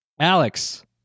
alex